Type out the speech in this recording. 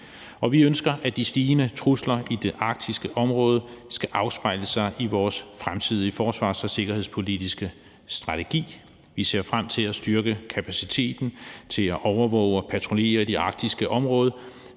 vi ønsker, at de stigende trusler i det arktiske område skal afspejle sig i vores fremtidige forsvars- og sikkerhedspolitiske strategi. Vi ser frem til at styrke kapaciteten til at overvåge og patruljere det arktiske område,